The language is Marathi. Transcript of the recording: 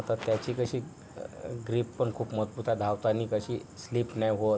आता त्याची कशी ग्रीप पण खूप मजबूत आहे धावतानी तशी स्लिप पण नाही होत